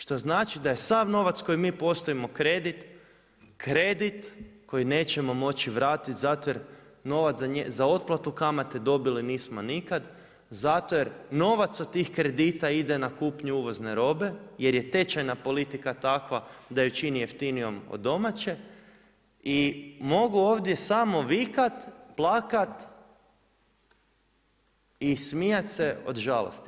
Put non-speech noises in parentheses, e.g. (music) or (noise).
Što znači da je sav novac koji mi … (unintelligible) kredit, kredit koji nećemo moći vratiti zato jer novac za otplatu kamate dobili nismo nikad, zato jer novac od tih kredita ide na kupnju uvozne robe jer je tečajna politika takva da ju čini jeftinijom od domaće i mogu ovdje samo vikat, plakat, i smijat se od žalosti.